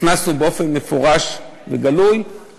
הכנסנו באופן מפורש וגלוי,